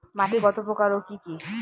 মাটি কতপ্রকার ও কি কী?